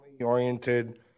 oriented